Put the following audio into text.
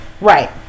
Right